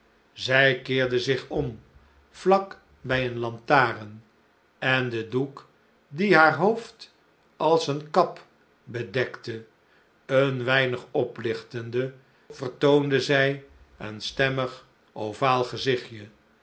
zij keerde zich om vlak bij een lantaren en den doek die haar hoofd als eene kap bedekte een weinig oplichtende vertoonde zij een stemmig ovaal gezichtje